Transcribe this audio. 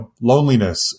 loneliness